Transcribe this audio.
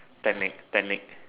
technique technique